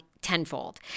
Tenfold